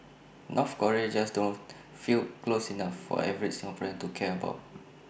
North Korea just doesn't feel close enough for the average Singaporean to care about